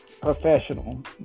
professional